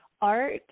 art